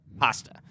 Pasta